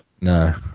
No